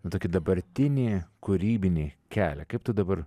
tokį dabartinį kūrybinį kelią kaip tu dabar